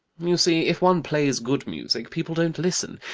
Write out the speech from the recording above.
you see, if one plays good music, people don't listen,